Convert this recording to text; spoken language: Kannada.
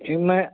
ಚಿನ್ಮಯ